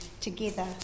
together